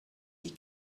die